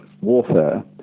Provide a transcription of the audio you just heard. warfare